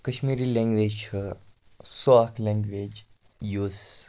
Kashmiri language چھُ سۄ اَکھ لیٚنٛگویج یُس